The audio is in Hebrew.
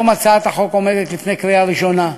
היום הצעת החוק עומדת בפני קריאה ראשונה.